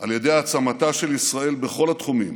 על ידי העצמתה של ישראל בכל התחומים: